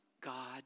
God